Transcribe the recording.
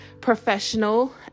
professional